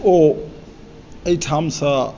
ओ एहिठाम सॅं